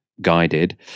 guided